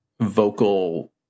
vocal